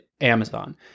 Amazon